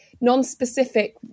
non-specific